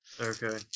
okay